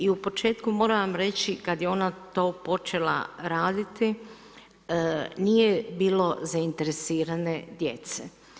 I u početku moram vam reći kada je ona to počela raditi, nije bilo zainteresirane djece.